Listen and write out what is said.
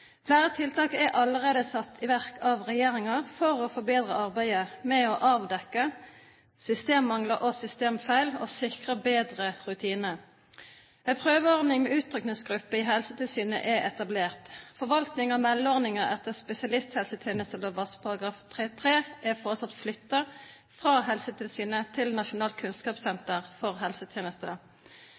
Flere tiltak er allerede satt i verk av regjeringen for å forbedre arbeidet med å avdekke systemmangler og systemfeil og å sikre bedre rutiner. En prøveordning med utrykningsgruppe i Helsetilsynet er etablert. Forvaltningen av meldeordningen etter spesialisthelsetjenesteloven § 3-3 er foreslått flyttet fra Helsetilsynet til Nasjonalt kunnskapssenter for helsetjenesten.